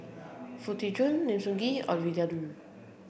Foo Tee Jun Lim Sun Gee Ovidia Yu